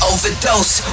Overdose